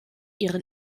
ihren